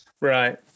right